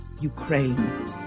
Ukraine